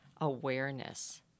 awareness